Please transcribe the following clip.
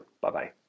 Bye-bye